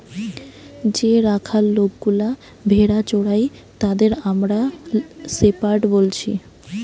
যে রাখাল লোকগুলা ভেড়া চোরাই তাদের আমরা শেপার্ড বলছি